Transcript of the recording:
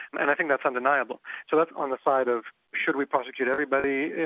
and i think that's undeniable. so that's on the side of should we prosecute everybody?